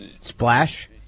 splash